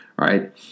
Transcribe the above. right